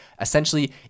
essentially